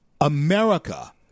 america